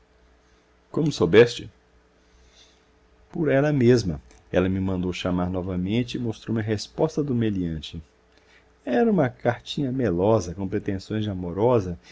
como soubeste por ela mesma ela me mandou chamar novamente e mostrou-me a resposta do meliante era uma cartinha melosa com pretensões de amorosa